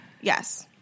Yes